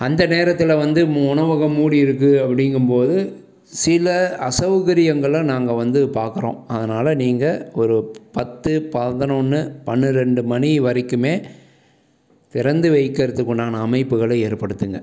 அந்த நேரத்தில் வந்து உணவகம் மூடி இருக்கு அப்படிங்கும்போது சில அசவுகரியங்களை நாங்கள் வந்து பார்க்கறோம் அதனால் நீங்கள் ஒரு பத்து பதனொன்று பனிரெண்டு மணி வரைக்குமே திறந்து வைக்கிறத்துக்குண்டான அமைப்புகளை ஏற்படுத்துங்கள்